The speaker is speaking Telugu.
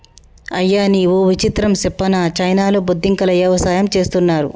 అయ్యనీ ఓ విచిత్రం సెప్పనా చైనాలో బొద్దింకల యవసాయం చేస్తున్నారు